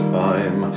time